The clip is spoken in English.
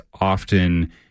often